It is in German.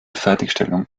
fertigstellung